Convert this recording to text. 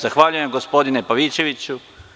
Zahvaljujem, gospodine Pavićeviću.